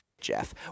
Jeff